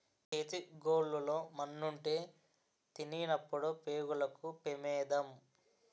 చేతి గోళ్లు లో మన్నుంటే తినినప్పుడు పేగులకు పెమాదం